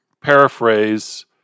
paraphrase